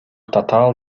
татаал